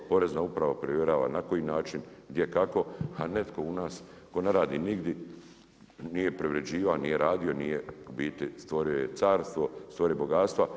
Porezna uprava provjerava na koji način, gdje i kako a netko u nas tko ne radi nigdje, nije preuređivan, nije radio, nije u biti, stvorio je carstvo, stvorio je bogatstva.